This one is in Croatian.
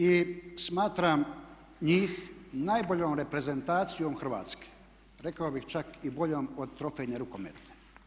I smatram njih najboljom reprezentacijom Hrvatske, rekao bih čak i boljom od trofejne rukometne.